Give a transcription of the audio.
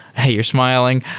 hey, you're smiling.